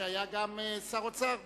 שהיה גם שר האוצר בעבר.